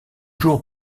jours